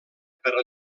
per